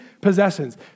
possessions